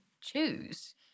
choose